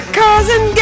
cousin